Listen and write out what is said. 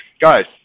guys